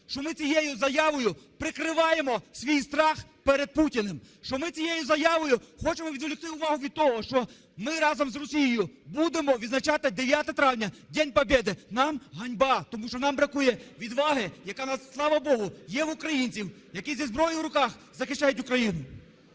що ми цією заявою прикриваємо свій страх перед Путіним, що ми цією заявою хочемо відволікти увагу від того, що ми разом з Росією будемо відзначати 9 травня День победы. Нам ганьба, тому що нам бракує відваги, яка у нас, слава богу, є в українців, які зі зброєю в руках захищають Україну.